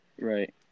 Right